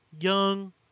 Young